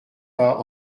pas